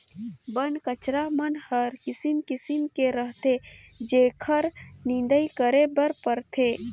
बन कचरा मन हर किसिम किसिम के रहथे जेखर निंदई करे बर परथे